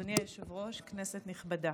אדוני היושב-ראש, כנסת נכבדה,